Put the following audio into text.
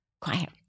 quiet